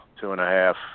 two-and-a-half